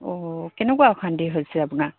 অঁ কেনেকুৱা অশান্তি হৈছে আপোনাৰ